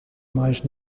mais